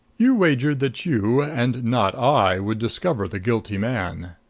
you wagered that you, and not i, would discover the guilty man.